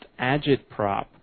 agitprop